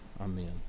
amen